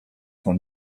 son